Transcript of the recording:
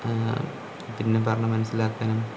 പിന്നെ പറഞ്ഞു മനസ്സിലാക്കാനും